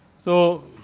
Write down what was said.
so,